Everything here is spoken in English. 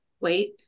wait